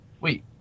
Wait